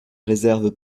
réserve